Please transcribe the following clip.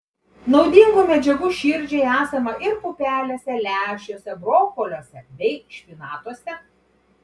naudingų medžiagų širdžiai esama ir pupelėse lęšiuose brokoliuose bei špinatuose